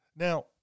Now